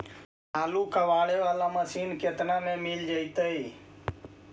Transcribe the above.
आलू कबाड़े बाला मशीन केतना में मिल जइतै?